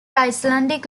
icelandic